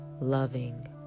loving